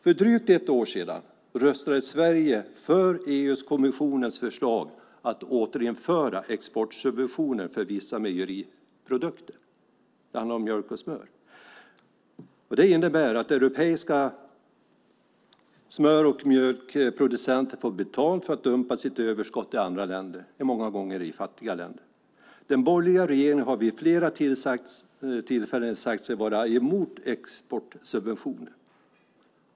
För drygt ett år sedan röstade Sverige för EU-kommissionens förslag att återinföra exportsubventioner för vissa mejeriprodukter. Det handlar om mjölk och smör. Det innebär att europeiska smör och mjölkproducenter får betalt för att dumpa sitt överskott i andra länder, många gånger i fattiga länder. Den borgerliga regeringen har vid flera tillfällen sagt sig vara emot exportsubventioner.